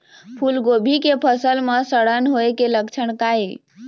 फूलगोभी के फसल म सड़न होय के लक्षण का ये?